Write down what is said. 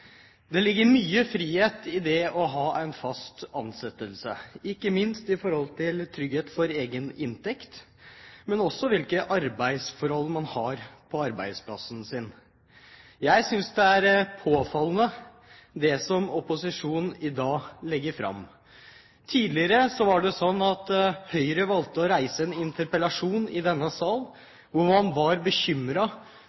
Det ligger mye frihet i det å ha en fast ansettelse, ikke minst i forhold til trygghet for egen inntekt, og også hvilke arbeidsforhold man har på arbeidsplassen sin. Jeg synes det er påfallende det som opposisjonen i dag legger fram. Høyre har jo tidligere reist en interpellasjon i denne sal